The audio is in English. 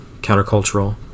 countercultural